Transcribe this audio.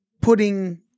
putting